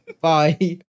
Bye